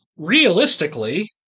realistically